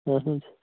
اہن حظ